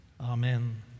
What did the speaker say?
amen